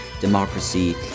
democracy